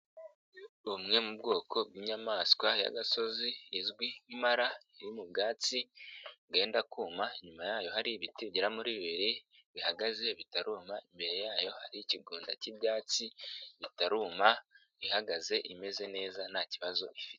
Bumwe mu bwoko bw'inyamaswa y'agasozi izwi nk'impara iriri mu bwatsi bwenda kuma, inyuma yayo hari ibiti bigera muri bibiri bihagaze bitaruma, imbere yayo hari ikigunda k'ibyatsi bitaruma ihagaze imeze neza nta kibazo ifite.